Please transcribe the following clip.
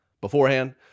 beforehand